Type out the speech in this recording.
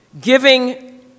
giving